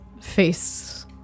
face